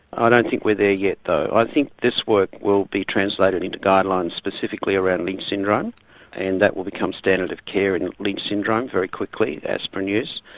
i don't think we're there yet though. i think this work will be translated into guidelines specifically around lynch syndrome and that will become standard of care for and lynch syndrome very quickly aspirin use.